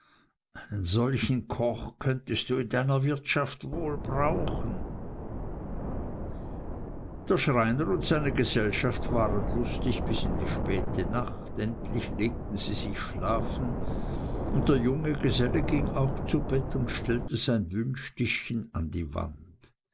solchen koch könntest du in deiner wirtschaft wohl brauchen der schreiner und seine gesellschaft waren lustig bis in die späte nacht endlich legten sie sich schlafen und der junge geselle ging auch zu bett und stellte sein wünschtischchen an die wand